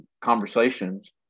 conversations